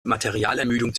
materialermüdung